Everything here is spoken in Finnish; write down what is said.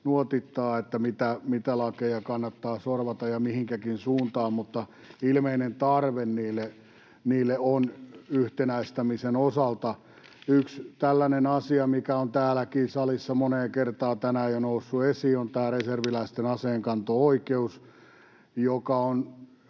se, mitä lakeja kannattaa sorvata ja mihinkäkin suuntaan, mutta ilmeinen tarve niille on yhtenäistämisen osalta. Yksi tällainen asia, mikä on täälläkin salissa moneen kertaan tänään jo noussut esiin, on tämä reserviläisten aseenkanto-oikeus, joka on